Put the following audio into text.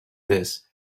this